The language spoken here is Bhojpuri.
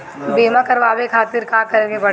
बीमा करेवाए के खातिर का करे के पड़ेला?